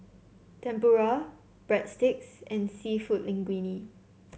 Tempura Breadsticks and seafood Linguine